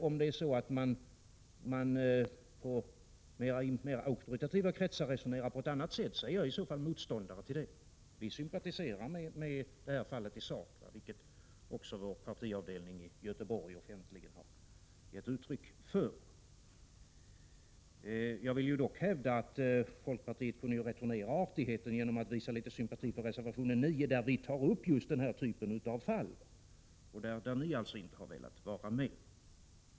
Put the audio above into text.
Om man i mer auktoritativa kretsar resonerar på ett annat sätt, så är jag motståndare till det resonemanget. Vi sympatiserar i sak med den som drabbades i Göteborgsfallet, vilket också vår partiavdelning i Göteborg offentligen har givit uttryck för. Jag vill hävda att folkpartiet så att säga kunde ha returnerat artigheten i detta fall genom att visa litet sympati för reservationen 9, där vi tar upp just denna typ av fall och där ni alltså inte har velat vara med.